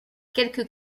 quelques